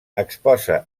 exposa